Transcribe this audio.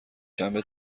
شنبه